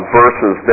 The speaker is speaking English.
verses